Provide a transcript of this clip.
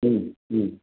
ह्म् ह्म्